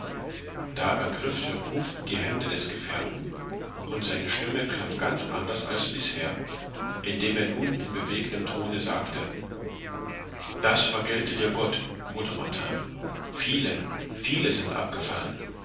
da ergriff surcouf die hände des gefährten und seine stimme klang ganz anders als bisher indem er nun in bewegtem tone sagte das vergelte dir gott bruder martin viele viele sind abgefallen